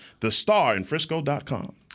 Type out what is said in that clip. thestarinfrisco.com